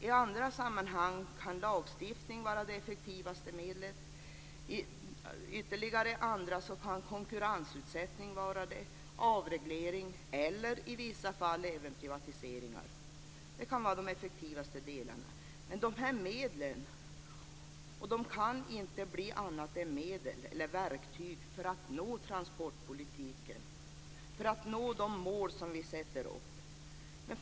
I andra sammanhang kan lagstiftning vara det effektivaste medlet, i ytterligare andra kan konkurrensutsättning, avreglering eller i vissa fall även privatiseringar vara det. De kan vara de effektivaste medlen. Men de är medel, och de kan inte bli annat än medel eller verktyg, för att nå de transportpolitiska och andra mål vi sätter upp.